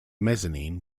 mezzanine